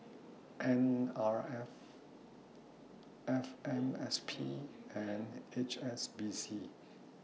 N R F F M S P and H S B C